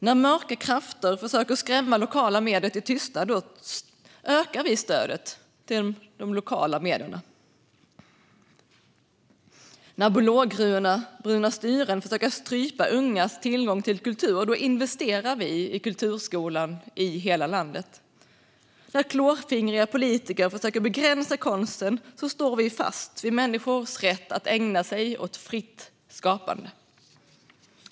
När mörka krafter försöker skrämma lokala medier till tystnad ökar vi stödet till de lokala medierna. När blåbruna styren försöker strypa ungas tillgång till kultur investerar vi i kulturskolan i hela landet. När klåfingriga politiker försöker begränsa konsten står vi fast vid människors rätt att ägna sig åt fritt skapande.